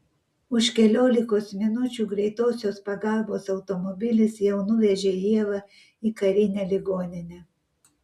už keliolikos minučių greitosios pagalbos automobilis jau nuvežė ievą į karinę ligoninę